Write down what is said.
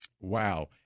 wow